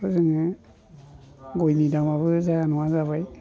दा जोङो गयनि दामाबो जाया नङा जाबाय